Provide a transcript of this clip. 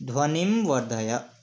ध्वनिं वर्धय